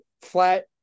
flat